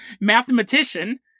mathematician